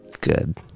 good